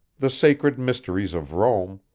the sacred mysteries of rome,